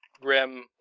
Grim